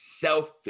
selfish